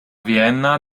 vienna